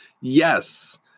yes